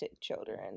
children